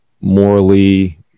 morally